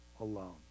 alone